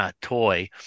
toy